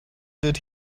did